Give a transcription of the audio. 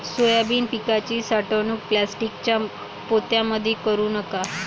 Soybean पिकाची साठवणूक प्लास्टिकच्या पोत्यामंदी करू का?